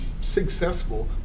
successful